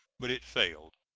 but it failed.